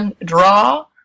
draw